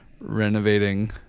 renovating